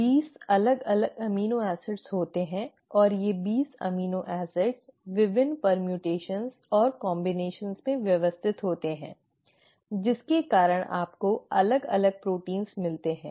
20 अलग अलग amino acid होते हैं और ये 20 अमीनो एसिड विभिन्न क्रमपरिवर्तन और संयोजन में व्यवस्थित होते हैं जिसके कारण आपको अलग अलग प्रोटीन मिलते हैं